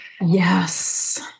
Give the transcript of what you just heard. Yes